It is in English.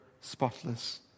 spotless